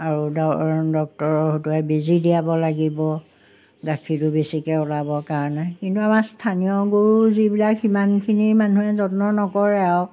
আৰু ডক্টৰৰ হতুৱাই বেজী দিয়াব লাগিব গাখীৰটো বেছিকৈ ওলাবৰ কাৰণে কিন্তু আমাৰ স্থানীয় গৰু যিবিলাক সিমানখিনি মানুহে যত্ন নকৰে আৰু